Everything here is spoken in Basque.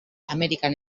amerikan